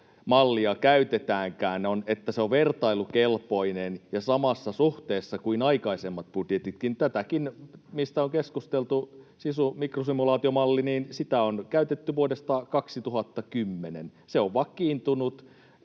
mallia käytetäänkään, se on vertailukelpoinen ja samassa suhteessa kuin aikaisemmat budjetitkin. Tätäkin SISU-mikrosimulaatiomallia, mistä on keskusteltu, on käytetty vuodesta 2010. Se on vakiintunut